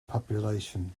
population